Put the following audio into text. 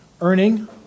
earning